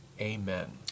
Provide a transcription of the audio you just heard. Amen